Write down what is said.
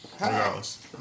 regardless